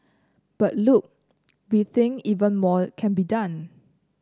but look we think even more can be done